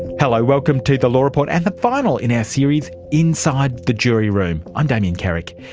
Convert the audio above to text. hello, welcome to the law report, and the final in our series inside the jury room, i'm damien carrick.